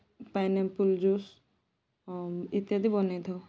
pineapple juice ଇତ୍ୟାଦି ବନାଇ ଥାଉ